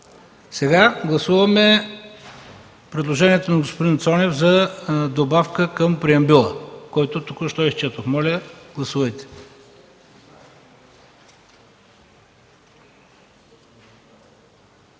Сега гласуваме предложението на господин Цонев за добавка към преамбюла, който току-що изчетох. Моля, гласувайте.